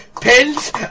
pins